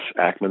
Ackman